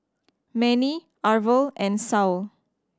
Manie Arvel and Saul